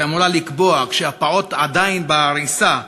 שאמורה לקבוע, כשהפעוט עדיין בעריסה,